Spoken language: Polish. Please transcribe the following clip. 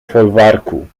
folwarku